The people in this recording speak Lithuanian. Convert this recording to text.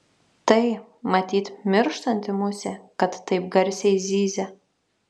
tai matyt mirštanti musė kad taip garsiai zyzia